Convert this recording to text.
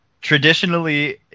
Traditionally